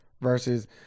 Versus